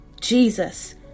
Jesus